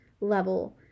level